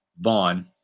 Vaughn